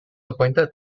appointed